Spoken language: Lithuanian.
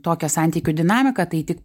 tokią santykių dinamiką tai tik